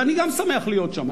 ואני גם שמח להיות שם,